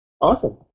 awesome